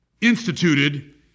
instituted